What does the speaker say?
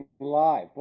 Live